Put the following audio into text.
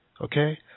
Okay